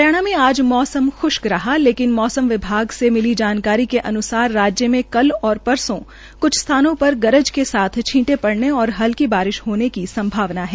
हरियाणा में आज मौसम श्रष्क रहा लेकिन मौसम विभाग से मिली जानकारी के अनुसार राज्य में कल एवं परसो क्छ स्थानों पर गरज के साथ छींटे पड़ेन और हल्की बारिश होने की संभावना है